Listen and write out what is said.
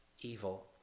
evil